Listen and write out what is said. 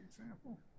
example